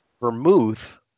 vermouth